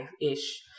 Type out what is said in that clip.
ish